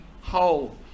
whole